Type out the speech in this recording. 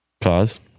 Cause